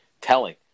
telling